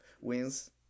wins